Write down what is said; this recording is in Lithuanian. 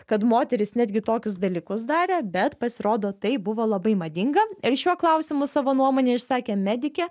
kad moterys netgi tokius dalykus darė bet pasirodo tai buvo labai madinga ir šiuo klausimu savo nuomonę išsakė medikė